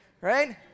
right